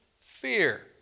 fear